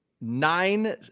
nine